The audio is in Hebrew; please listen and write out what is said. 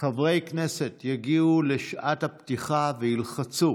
חברי הכנסת יגיעו בשעת הפתיחה וילחצו